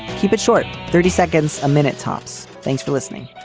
keep it short. thirty seconds a minute, tops. thanks for listening